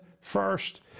first